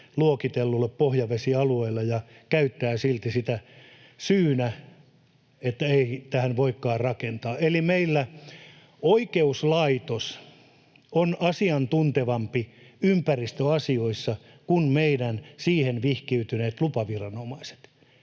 luokitellulle pohjavesialueelle, ja käyttää silti sitä syynä, että ei tähän voikaan rakentaa, eli meillä oikeuslaitos on asiantuntevampi ympäristöasioissa kuin meidän siihen vihkiytyneet lupaviranomaiset.